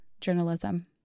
journalism